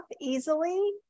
easily